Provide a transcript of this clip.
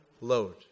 load